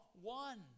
one